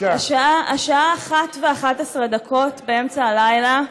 השעה 01:11, באמצע הלילה,